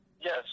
Yes